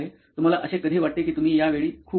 तुम्हाला असे कधी वाटते कि तुम्ही या वेळी खूप लिहता